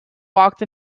walked